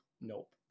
nope